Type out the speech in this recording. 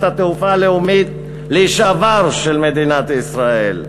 התעופה הלאומית לשעבר של מדינת ישראל.